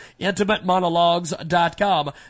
IntimateMonologues.com